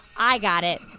i got it.